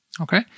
Okay